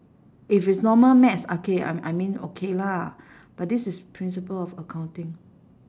if it's normal maths okay I I mean okay lah but this is principle of accounting